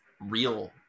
real